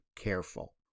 careful